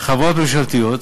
חברות ממשלתיות,